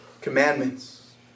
commandments